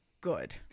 good